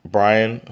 Brian